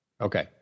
okay